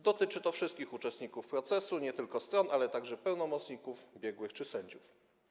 Dotyczy to wszystkich uczestników procesu, nie tylko stron, ale także pełnomocników, biegłych czy sędziów.